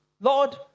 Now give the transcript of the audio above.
Lord